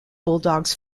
bulldogs